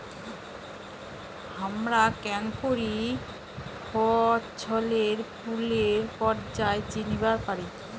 হামরা কেঙকরি ফছলে ফুলের পর্যায় চিনিবার পারি?